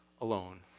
alone